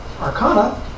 Arcana